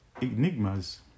enigmas